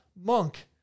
Monk